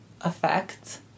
effect